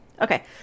Okay